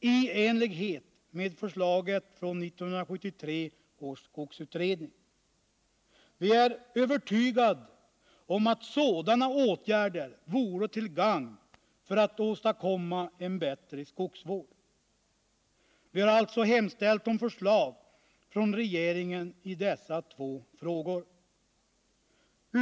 i enlighet med förslaget från 1973 års skogsutredning. Vi är övertygade om att sådana åtgärder skulle vara till gagn när det gäller att åstadkomma en bättre skogsvård. Vi har alltså hemställt om förslag från . regeringen i dessa två frågor.